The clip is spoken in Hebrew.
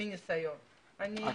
אני מדברת מניסיון.